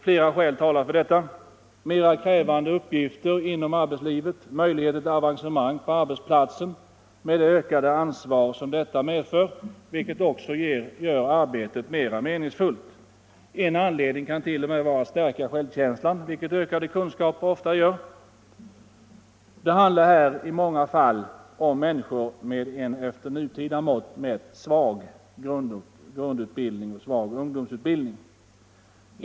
Flera skäl talar för detta — mer krävande uppgifter inom arbetslivet, möjligheter till avancemang på arbetsplatsen med det ökade ansvar som detta medför, vilket också gör arbetet mer meningsfullt. En anledning kan vara att ökade kunskaper oftast stärker självkänslan. Det handlar här i många fall om människor med en efter nutida mått svag ungdomsutbildning.